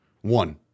One